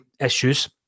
issues